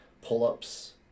pull-ups